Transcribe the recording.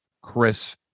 Chris